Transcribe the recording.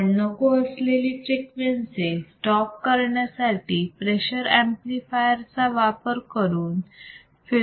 आपण नको असलेले फ्रिक्वेन्सी स्टॉप करण्यासाठी प्रेशर ऍम्प्लिफायर चा वापर करून फिल्टर डिझाईन करू शकतो